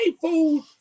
food